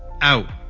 out